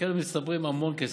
בקרן מצטבר המון כסף,